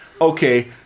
okay